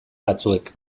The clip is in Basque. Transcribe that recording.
batzuek